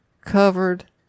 covered